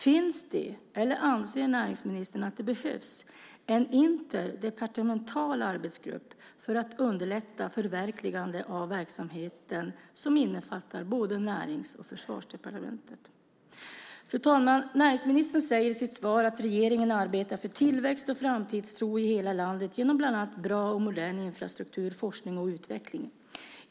Finns det, eller anser näringsministern att det behövs, en interdepartemental arbetsgrupp för att underlätta ett förverkligande av verksamheten som innefattar både Närings och Försvarsdepartementet? Fru talman! Näringsministern säger i sitt svar att regeringen arbetar för tillväxt och framtidstro i hela landet genom bland annat bra och modern infrastruktur, forskning och utveckling.